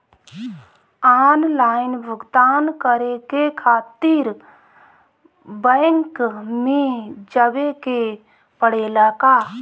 Online भुगतान करे के खातिर बैंक मे जवे के पड़ेला का?